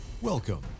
Welcome